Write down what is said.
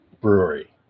brewery